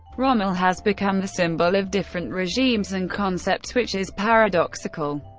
rommel has become the symbol of different regimes and concepts, which is paradoxical,